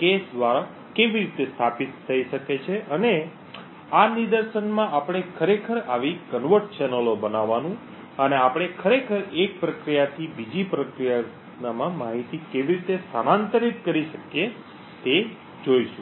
cache દ્વારા કેવી રીતે સ્થાપિત થઈ શકે છે અને આ નિદર્શનમાં આપણે ખરેખર આવી કન્વર્ટ ચેનલ બનાવવાનું અને આપણે ખરેખર એક પ્રક્રિયાથી બીજી પ્રક્રિયામાં માહિતી કેવી રીતે સ્થાનાંતરિત કરી શકીએ તે જોઈશું